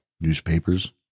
newspapers